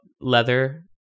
leather